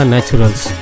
Naturals